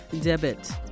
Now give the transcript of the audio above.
debit